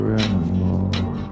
anymore